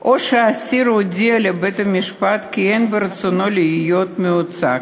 או שהאסיר הודיע לבית-המשפט כי אין ברצונו להיות מיוצג.